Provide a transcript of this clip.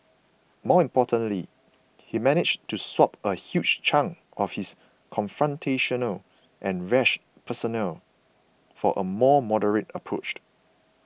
more importantly he managed to swap a huge chunk of his confrontational and rash persona for a more moderate approach